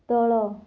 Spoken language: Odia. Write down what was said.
ତଳ